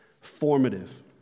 formative